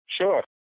Sure